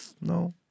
No